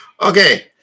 Okay